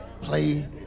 play